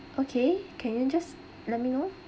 okay can you just let me know